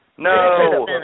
No